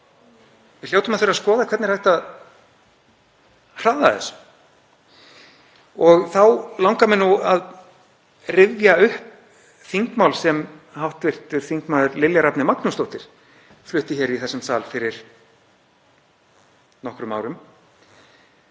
við hljótum að þurfa að skoða hvernig er hægt að hraða þessu. Þá langar mig að rifja upp þingmál sem hv. þm. Lilja Rafney Magnúsdóttir flutti í þessum sal fyrir nokkrum árum